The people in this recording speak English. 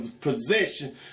possession